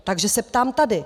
Takže se ptám tady.